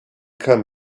come